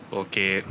okay